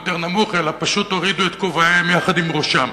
יותר נמוך אלא פשוט הורידו את כובעיהם יחד עם ראשם,